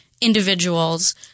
individual's